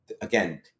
again